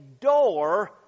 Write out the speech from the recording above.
door